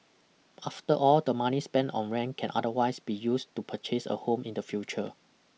after all the money spent on rent can otherwise be used to purchase a home in the future